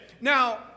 Now